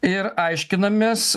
ir aiškinamės